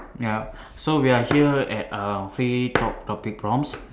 ya so we are here at uh free talk topic prompts